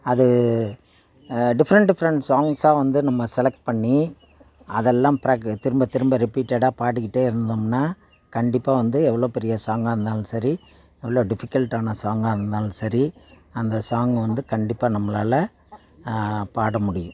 அது different different சாங்க்ஸாக வந்து நம்ம செலக்ட் பண்ணி அதெல்லாம் ப்ரக்கு திரும்பத் திரும்ப ரிப்பீட்டடாக பாடிக்கிட்டே இருந்தோம்னால் கண்டிப்பாக வந்து எவ்வளோ பெரிய சாங்காக இருந்தாலும் சரி எவ்வளோ டிஃபிகல்ட்டான சாங்காக இருந்தாலும் சரி அந்த சாங்கை வந்து கண்டிப்பாக நம்மளால் பாட முடியும்